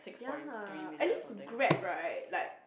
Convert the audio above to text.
ya at least Grab right like